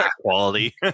quality